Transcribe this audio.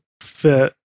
fit